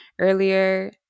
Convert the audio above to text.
earlier